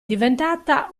diventata